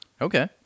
Okay